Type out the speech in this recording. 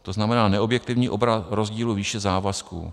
To znamená neobjektivní obraz rozdílu výše závazků.